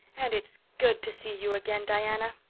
and it's good to see you again, diana!